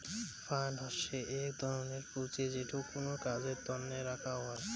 fund হসে এক ধরনের পুঁজি যেটো কোনো কাজের তন্নে রাখ্যাং হই